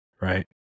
Right